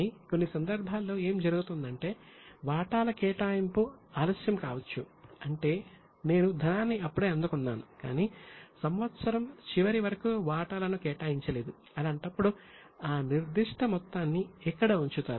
కానీ కొన్ని సందర్భాల్లో ఏమి జరుగుతుందంటే వాటాల కేటాయింపు ఆలస్యం కావచ్చు అంటే నేను ధనాన్ని ఇప్పుడే అందుకున్నాను కాని సంవత్సరం చివరి వరకు వాటాలను కేటాయించలేదు అలాంటప్పుడు ఆ నిర్దిష్ట మొత్తాన్ని ఎక్కడ ఉంచుతారు